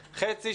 חצי,